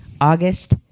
August